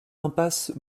impasse